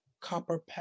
copper